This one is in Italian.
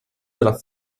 della